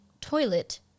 toilet